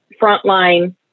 frontline